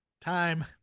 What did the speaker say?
Time